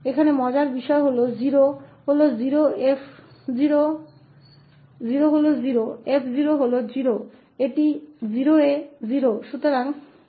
यहाँ क्या दिलचस्प है कि 𝑓 0 है 𝑓′ भी 0 है 0 पर यह भी 0 है